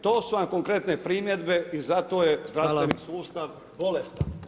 To su vam konkretne primjedbe i zato je zdravstveni sustav bolestan.